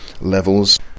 levels